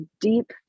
deep